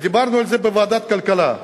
דיברנו על זה בוועדת הכלכלה.